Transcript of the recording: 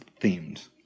themed